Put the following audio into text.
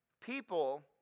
People